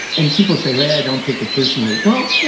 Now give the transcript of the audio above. and people say they yeah don't take it personally, well, yeah